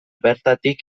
bertatik